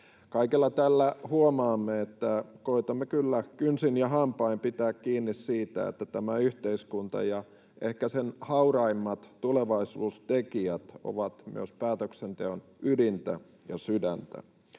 Kaikella tällä huomaamme, että koetamme kyllä kynsin ja hampain pitää kiinni siitä, että tämä yhteiskunta ja ehkä sen hauraimmat tulevaisuustekijät ovat myös päätöksenteon ydintä ja sydäntä.